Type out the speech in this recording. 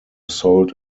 sold